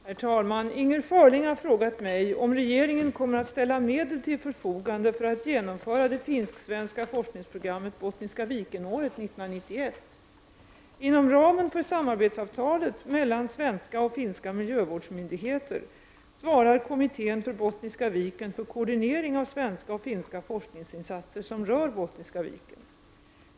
Herr talman! Inger Schörling har frågat mig om regeringen kommer att ställa medel till förfogande för att genomföra det finsk-svenska forskningsprogrammet Bottniska Viken-året 1991. Inom ramen för samarbetsavtalet mellan svenska och finska miljövårdsmyndigheter svarar Kommittén för Bottniska Viken för koordinering av svenska och finska forskningsinsatser som rör Bottniska viken.